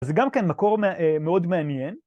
אז זה גם כן מקור מאוד מעניין.